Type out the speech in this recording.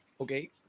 Okay